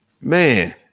Man